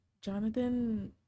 Jonathan